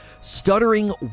Stuttering